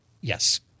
Yes